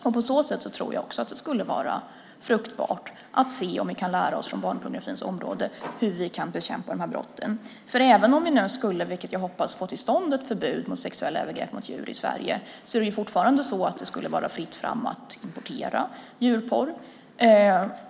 Och på så sätt tror jag att det skulle vara fruktbart att se om vi från barnpornografins område kan lära oss hur vi kan bekämpa de här brotten. Även om vi skulle, vilket jag hoppas, få till stånd ett förbud i Sverige mot sexuella övergrepp på djur skulle det fortfarande vara fritt fram att importera djurporr.